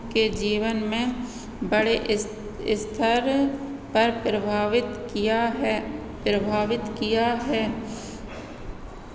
के जीवन में बड़े स्तर पर प्रभावित किया है प्रभावित किया है